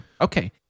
Okay